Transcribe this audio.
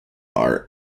are